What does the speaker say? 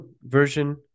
version